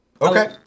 Okay